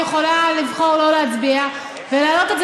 את יכולה לבחור שלא להצביע ולהעלות את זה